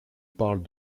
parle